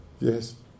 yes